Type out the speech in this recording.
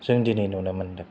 जों दिनै नुनो मोनदों